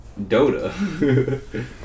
Dota